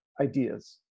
Ideas